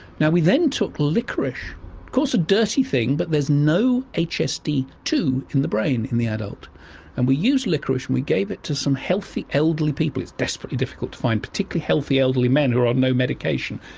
now we then took liquorice, of course a dirty thing, but there's no h s d two in the brain in the adult and we used liquorice and we gave it to some healthy, elderly people. it was desperately difficult to find particularly healthy elderly men who are on no medication,